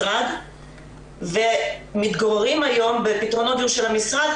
פעולה עם משרד הבריאות ועם משרד השיכון.